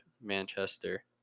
Manchester